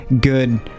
good